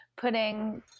putting